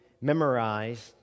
memorized